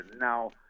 Now